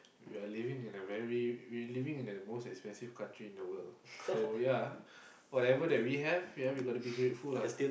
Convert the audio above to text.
you are living in a very we living in a most expensive country in the world so ya whatever that we have we have to be grateful lah